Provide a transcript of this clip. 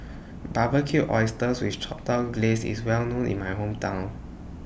Barbecued Oysters with Chipotle Glaze IS Well known in My Hometown